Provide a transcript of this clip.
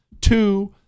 Two